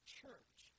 church